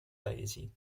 paesi